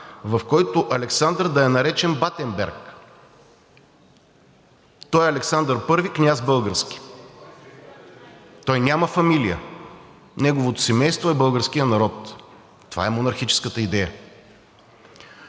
в който Александър, да е наречен Батенберг, той е Александър I, княз български. Той няма фамилия. Неговото семейство е българският народ. Това е монархическата идея.